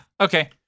okay